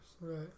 Right